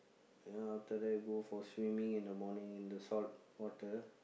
then after that go for swimming in the morning in the salt water